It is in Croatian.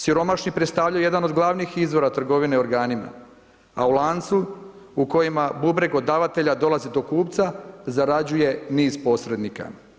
Siromašni predstavljaju jedan od glavnih izvora trgovine organima, a u lancu u kojima bubreg od davatelja dolazi do kupca zarađuje niz posrednika.